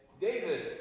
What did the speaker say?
David